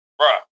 Bruh